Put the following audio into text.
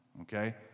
okay